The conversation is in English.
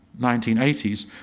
1980s